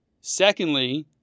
secondly